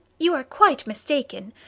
you are quite mistaken.